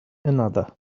another